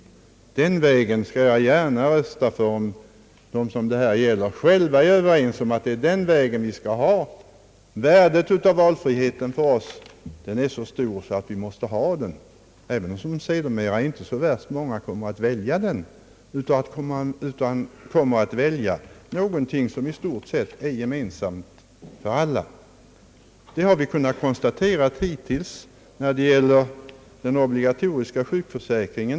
Det förslaget skall jag gärna rösta för, om de som det här gäller själva är överens om att slå in på den vägen och alltså säger: Värdet av valfriheten för oss är så stor att vi måste ha en sådan, även om det sedermera visar sig att det inte är så många som kommer att göra ett sådant val utan i stället kommer att välja någonting som i stort sett är gemensamt för oss alla andra. Detta har vi hittills kunnat konstatera när det gäller den obligatoriska sjukförsäkringen.